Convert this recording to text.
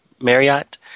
Marriott